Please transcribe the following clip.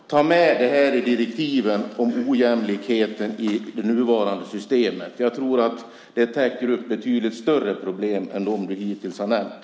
Ta med ojämlikheten i det nuvarande systemet i direktivet! Det täcker betydligt större problem än de vi hittills har nämnt.